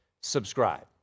subscribe